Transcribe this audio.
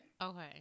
Okay